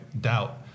doubt